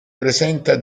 presenta